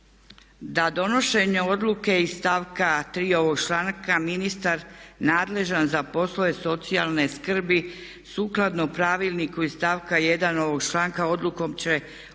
da donošenje odluka iz stavka tri ovog članka ministar nadležan za poslove socijalne skrbi sukladno pravilniku iz stavka 1 ovog članka odlukom će odrediti